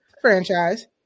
franchise